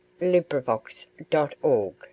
LibriVox.org